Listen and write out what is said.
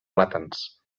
plàtans